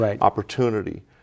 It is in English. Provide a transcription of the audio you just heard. opportunity